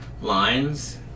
lines